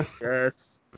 Yes